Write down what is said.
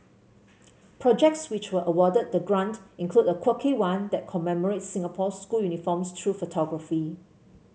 projects which were awarded the grant include a quirky one that commemorates Singapore's school uniforms through photography